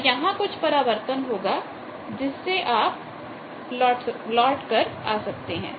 तो यहां कुछ परावर्तन होगा जिससे आप लौट कर सकते हैं